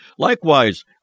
Likewise